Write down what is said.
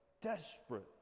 desperate